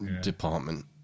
department